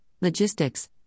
logistics